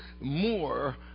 more